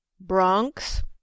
Bronx